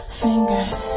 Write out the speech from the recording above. fingers